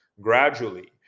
gradually